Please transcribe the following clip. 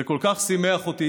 זה כל כך שימח אותי,